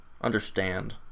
understand